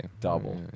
Double